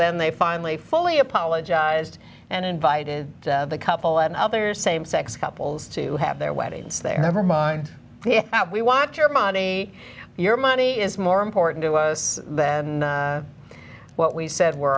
then they finally fully apologized and invited the couple and other same sex couples to have their weddings there never mind that we want your money your money is more important to us than what we said were